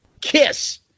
Kiss